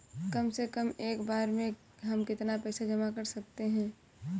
कम से कम एक बार में हम कितना पैसा जमा कर सकते हैं?